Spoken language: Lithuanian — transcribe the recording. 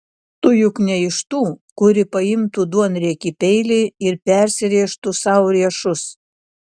tu juk ne iš tų kuri paimtų duonriekį peilį ir persirėžtų sau riešus